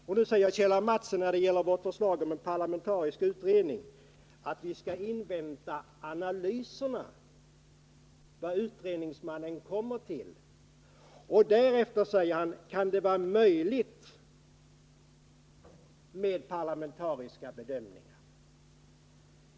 Då säger Kjell A. Mattsson, när det gäller vårt förslag om en parlamentarisk utredning, att vi skall avvakta analyserna, avvakta vad utredningsmannen kommer till. Därefter, menar Kjell A. Mattsson, kan det vara möjligt att göra parlamentariska bedömningar.